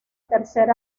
tercer